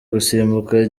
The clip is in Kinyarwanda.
gusimbuka